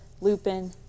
Lupin